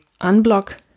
unblock